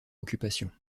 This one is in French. occupation